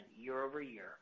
year-over-year